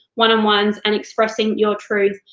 one on ones, and expressing your truth,